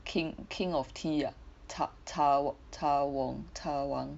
king king of tea ah cha cha wang cha wang